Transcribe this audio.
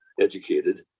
educated